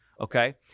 Okay